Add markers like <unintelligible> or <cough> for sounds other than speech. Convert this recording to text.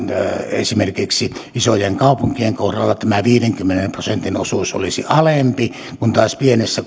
esimerkiksi isojen kaupunkien kohdalla tämä viidenkymmenen prosentin osuus olisi alempi kun taas pienessä <unintelligible>